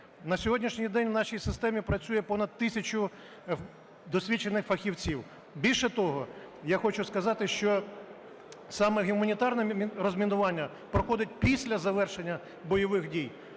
На сьогоднішній день в нашій системі працює понад тисячу досвідчених фахівців. Більше того, я хочу сказати, що саме гуманітарне розмінування проходить після завершення бойових дій.